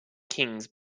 kings